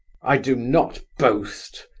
i do not boast!